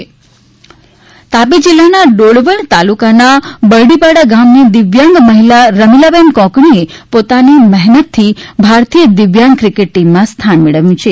દિવ્યાંગ મહિલા ક્રિકેટ તાપી જીલ્લાના ડોલવણ તાલુકાના બરડીપાડા ગામની દિવ્યાંગ મહિલા રમીલાબેન કોકણીએ પોતાની મહેનતથી ભારતીય દિવ્યાંગ ક્રિકેટ ટીમમાં સ્થાન મેળવ્યું છે